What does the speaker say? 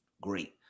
great